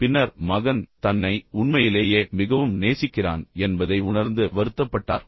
பின்னர் மகன் தன்னை உண்மையிலேயே மிகவும் நேசிக்கிறான் என்பதை உணர்ந்து வருத்தப்பட்டார்